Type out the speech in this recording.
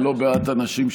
ללא מעט אנשים,